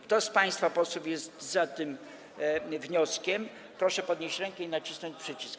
Kto z państwa posłów jest za tym wnioskiem, proszę podnieść rękę i nacisnąć przycisk.